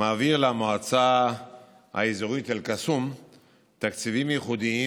מעביר למועצה האזורית אל-קסום תקציבים ייחודיים